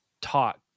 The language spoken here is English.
Talk